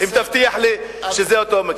אם תבטיח לי שזה אותו מקרה.